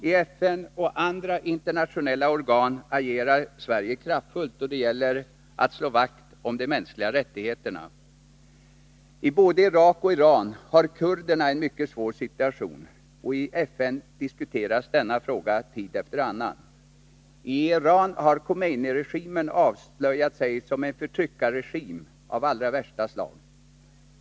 I FN och andra internationella organ agerar Sverige kraftfullt då det gäller att slå vakt om de mänskliga rättigheterna. I både Irak och Iran har kurderna en mycket svår situation, och i FN diskuteras denna fråga tid efter annan. I Iran har Khomeinyregimen avslöjat sig som en förtryckarregim av allra värsta sort.